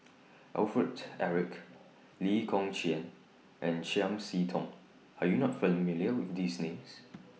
Alfred Eric Lee Kong Chian and Chiam See Tong Are YOU not familiar with These Names